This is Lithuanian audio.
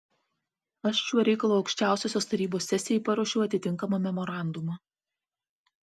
aš šiuo reikalu aukščiausiosios tarybos sesijai paruošiau atitinkamą memorandumą